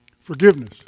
Forgiveness